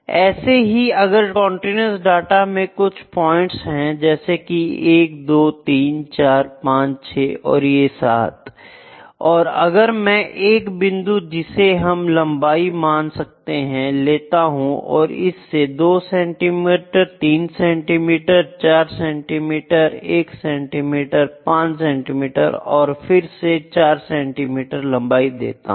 ऐसे ही अगर कंटीन्यूअस डाटा में कुछ पॉइंट्स हैं जैसे 123456 और 7 और अगर मैं एक बिंदु जिसे हम लंबाई मान सकते हैं लेता हूं और इससे 2 centimetre 3 centimetre 4 centimetre 1 centimetre 5 centimetre और फिर से 4 सेंटीमीटर लंबाई देता हूं